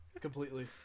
completely